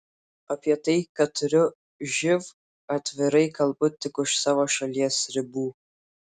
apie tai kad turiu živ atvirai kalbu tik už savo šalies ribų